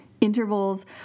Intervals